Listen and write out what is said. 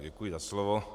Děkuji za slovo.